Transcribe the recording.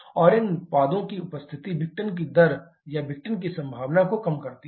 और इन उत्पादों की उपस्थिति विघटन की दर या विघटन की संभावना को कम करती है